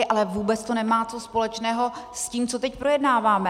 Ale vůbec to nemá co společného s tím, co teď projednáváme.